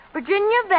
Virginia